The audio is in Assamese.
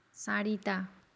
চাৰিটা